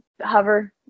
hover